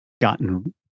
gotten